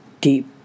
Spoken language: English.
deep